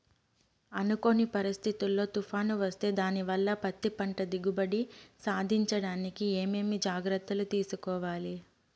అనుకోని పరిస్థితుల్లో తుఫాను వస్తే దానివల్ల పత్తి పంట దిగుబడి సాధించడానికి ఏమేమి జాగ్రత్తలు తీసుకోవాలి?